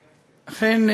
כאן,